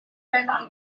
daging